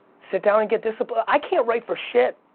sit down and get disciplined. i can't write for shit.